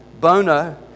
Bono